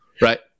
Right